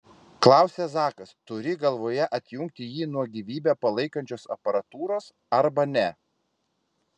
klausia zakas turi galvoje atjungti jį nuo gyvybę palaikančios aparatūros arba ne